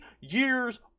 years